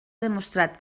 demostrat